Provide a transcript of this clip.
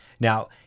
Now